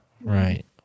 Right